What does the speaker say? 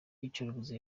iyicarubozo